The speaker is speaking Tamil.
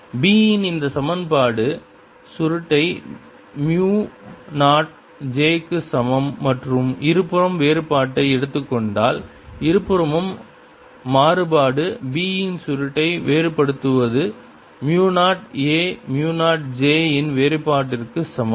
B இன் இந்த சமன்பாடு சுருட்டை மு நாட் j க்கு சமம் மற்றும் இருபுறமும் வேறுபாட்டை எடுத்துக் கொண்டால் இருபுறமும் மாறுபாடு b இன் சுருட்டை வேறுபடுத்துவது மு 0 a மு 0 j இன் வேறுபாட்டிற்கு சமம்